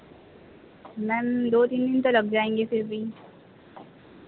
ma'am दो तीन दिन तो लग जाएंगे फिर भी